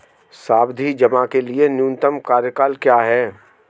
सावधि जमा के लिए न्यूनतम कार्यकाल क्या है?